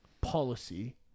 policy